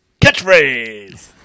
Catchphrase